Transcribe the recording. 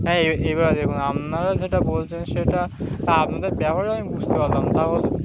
হ্যাঁ এবারে দেখুন আপনারা যেটা বলছেন সেটা আপনাদের ব্যবহারে আমি বুঝতে পারলাম তা বলুন